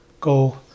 Go